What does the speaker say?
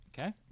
Okay